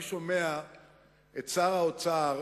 אני שומע את שר האוצר